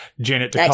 Janet